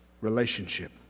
relationship